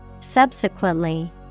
Subsequently